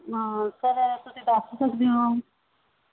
sir ਤੁਸੀਂ ਇਹ ਦੱਸ ਸਕਦੇ ਹੋ